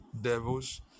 devils